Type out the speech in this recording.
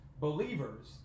believers